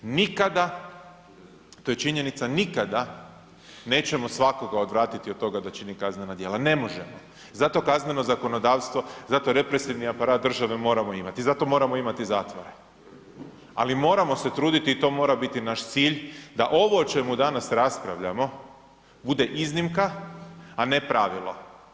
Nikada, to je činjenica, nikada nećemo svakoga odvratiti od toga da čini kaznena djela, ne možemo, zato kazneno zakonodavstvo, zato represivni aparat države moramo imati, zato moramo imati zatvore, ali moramo se truditi i to mora biti naš cilj da ovo o čemu danas raspravljamo bude iznimka, a ne pravilo.